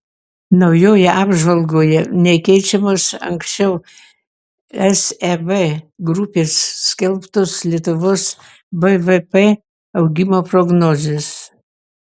naujoje apžvalgoje nekeičiamos anksčiau seb grupės skelbtos lietuvos bvp augimo prognozės